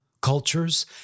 cultures